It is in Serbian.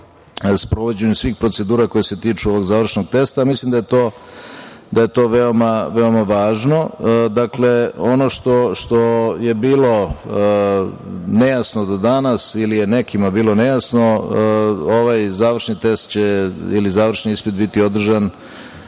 sprovođenju svih procedura koje se tiču ovog završnog testa. Mislim da je to veoma važno. Dakle, ono što je bilo nejasno do danas ili je nekima bilo nejasno, ovaj završni test ili završni ispit će biti održan